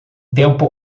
tempo